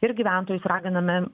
ir gyventojus raginame